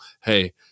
hey